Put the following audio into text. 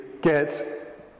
get